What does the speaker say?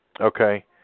Okay